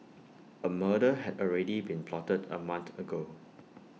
A murder had already been plotted A month ago